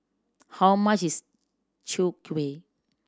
how much is Chwee Kueh